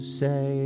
say